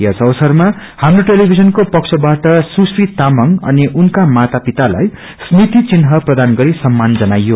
यसस अवसरमा हाम्रो टेलिभिजनको पक्षबाट सुश्री तामंग अनि उनका माता पितालाई स्मृति चिन्ह प्रदान गरि सम्मान जनाईयो